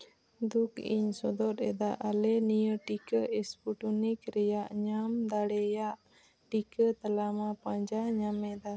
ᱫᱩᱠ ᱤᱧ ᱥᱚᱫᱚᱨ ᱮᱫᱟ ᱟᱞᱮ ᱱᱤᱭᱟᱹ ᱴᱤᱠᱟᱹ ᱥᱯᱩᱴᱚᱱᱤᱠ ᱨᱮᱭᱟᱜ ᱧᱟᱢ ᱫᱟᱲᱮᱭᱟᱜ ᱴᱤᱠᱟᱹ ᱛᱟᱞᱢᱟ ᱯᱟᱸᱡᱟ ᱧᱟᱢᱮᱫᱟ